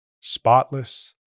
spotless